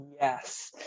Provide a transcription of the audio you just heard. Yes